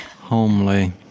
homely